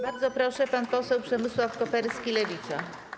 Bardzo proszę, pan poseł Przemysław Koperski, Lewica.